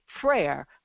prayer